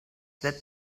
that